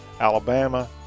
alabama